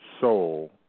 soul